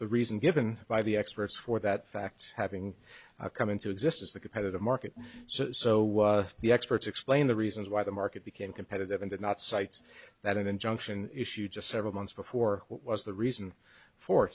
the reason given by the experts for that fact having come into existence the competitive market so the experts explain the reasons why the market became competitive and did not cite that injunction issue just several months before was the reason for